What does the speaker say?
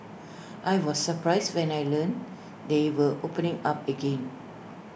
I was surprised when I learnt they were opening up again